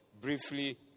briefly